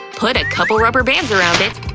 put a couple rubber bands around it.